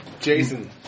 Jason